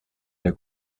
der